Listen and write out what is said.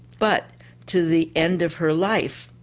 but to the end of her life,